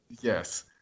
Yes